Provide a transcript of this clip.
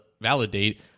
validate